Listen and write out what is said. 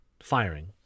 firing